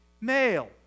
male